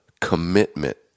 commitment